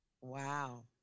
Wow